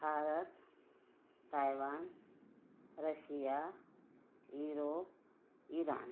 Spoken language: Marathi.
Bharat Taiwan Russia Europe Iran